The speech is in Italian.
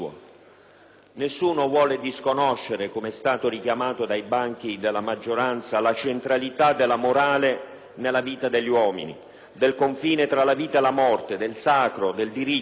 Nessuno vuole disconoscere, come è stato richiamato dai banchi della maggioranza, la centralità della morale nella vita degli uomini, del confine tra la vita e la morte, del sacro, del diritto.